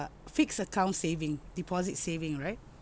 fixed account saving deposit saving right